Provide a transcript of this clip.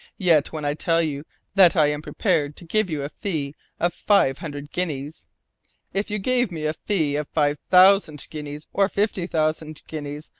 yet when i tell you that i am prepared to give you a fee of five hundred guineas if you gave me a fee of five thousand guineas, or fifty thousand guineas,